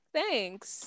Thanks